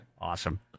Awesome